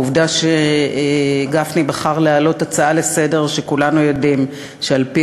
העובדה שגפני בחר להעלות הצעה לסדר-היום שכולנו יודעים שעל-פי